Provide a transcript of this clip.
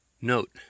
Note